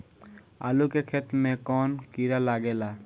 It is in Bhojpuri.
आलू के खेत मे कौन किड़ा लागे ला?